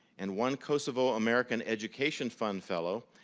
and one kosovo american education fund fellow.